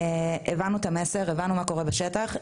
הבנו את המסר והבנו מה קורה בשטח.